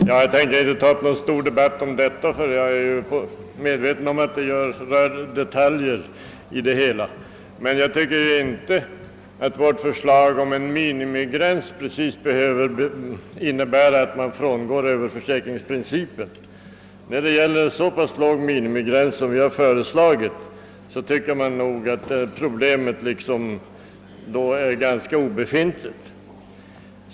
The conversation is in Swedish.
Herr talman! Jag skall inte ta upp någon stor debatt i denna fråga, som endast gäller detaljer. Vårt förslag om en minimigräns anser jag inte behöver innebära ett frångående av överförsäkringsprincipen. Med så låg minimigräns som vi föreslagit anser jag det problemet vara obefintligt.